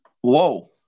Whoa